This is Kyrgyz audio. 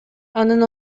анын